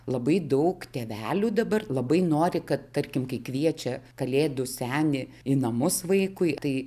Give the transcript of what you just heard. labai daug tėvelių dabar labai nori kad tarkim kai kviečia kalėdų senį į namus vaikui tai